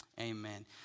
amen